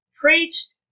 preached